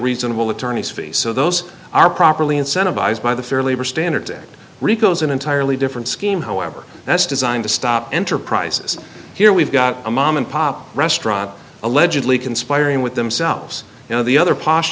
reasonable attorney's fees so those are properly incentivised by the fair labor standards act rico is an entirely different scheme however that's designed to stop enterprises here we've got a mom and pop restaurant allegedly conspiring with themselves you know the other post